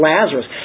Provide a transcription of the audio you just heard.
Lazarus